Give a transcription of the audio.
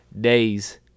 days